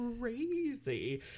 crazy